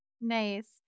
Nice